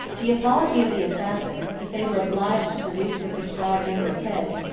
the apology of the assassins, that they were obliged to produce the prescribed number of heads,